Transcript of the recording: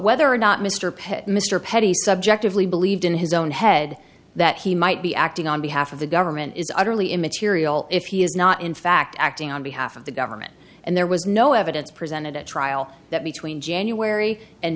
whether or not mr pitt mr petit subjectively believed in his own head that he might be acting on behalf of the government is utterly immaterial if he is not in fact acting on behalf of the government and there was no evidence presented at trial that between january and